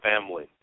family